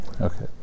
Okay